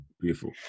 Beautiful